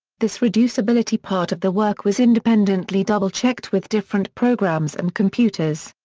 this reducibility part of the work was independently double checked with different programs and computers.